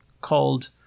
called